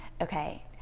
okay